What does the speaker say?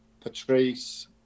Patrice